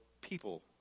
people